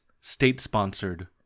state-sponsored